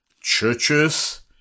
churches